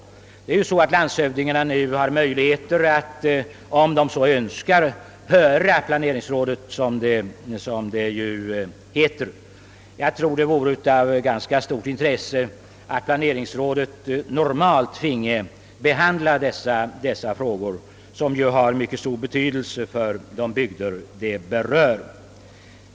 Landshövdingarna har som bekant möjlighet att — som det heter — höra planeringsråden. Jag tror emellertid att det vore av ganska stort intresse att planeringsråden normalt finge behandla dessa frågor, som har mycket stor betydelse för de bygder de berör.